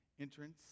entrance